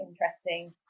interesting